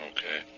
Okay